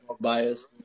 biased